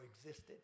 existed